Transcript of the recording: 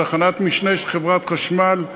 תחנת משנה של חברת החשמל,